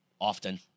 Often